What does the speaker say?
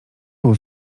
był